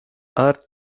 earth